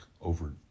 over